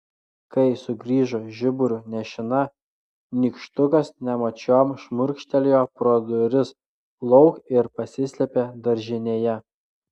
kai sugrįžo žiburiu nešina nykštukas nemačiom šmurkštelėjo pro duris lauk ir pasislėpė daržinėje